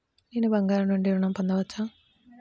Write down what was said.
నేను బంగారం నుండి ఋణం పొందవచ్చా?